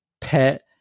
pet